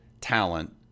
talent